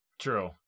True